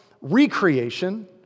recreation